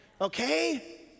Okay